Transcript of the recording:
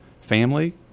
family